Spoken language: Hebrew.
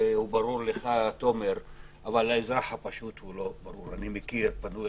ואז גם משרד התחבורה נרתם לעניין הזה,